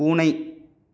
பூனை